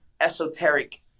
esoteric